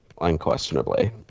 unquestionably